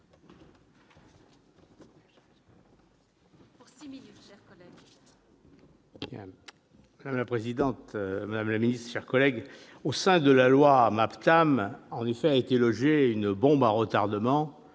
Madame la présidente, madame la ministre, chers collègues, au sein de la loi MAPTAM a été logée une bombe à retardement